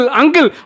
uncle